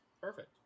Perfect